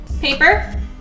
paper